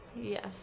Yes